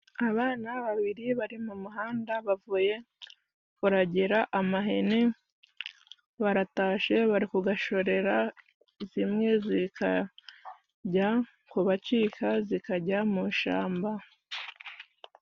Abana babiri bari mu muhanda bavuye kuragira amahene ,baratashye bari kugashorera zimwe zikajya kubacika zikajya mu shyamba.